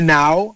now